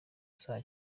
saa